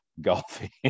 golfing